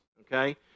okay